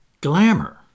glamour